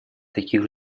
таких